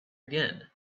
again